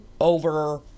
over